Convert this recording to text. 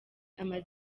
amaze